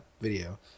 video